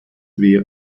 wehr